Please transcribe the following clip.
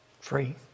free